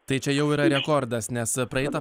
tai čia jau yra rekordas nes praeitą